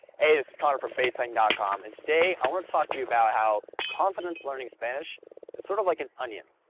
hey this is connor from baselang com, and today i want to talk to you about how confidence learning spanish is sort of like an onion.